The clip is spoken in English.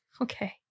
Okay